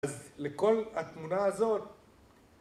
אז לכל התמונה הזאת